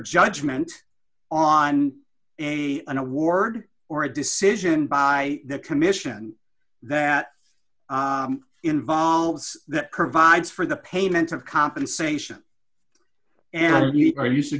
judgment on a an award or a decision by the commission that involves that provides for the payment of compensation and are